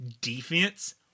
defense